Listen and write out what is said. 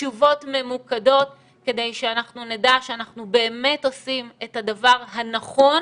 תשובות ממוקדות כדי שאנחנו נדע שאנחנו באמת עושים את הדבר הנכון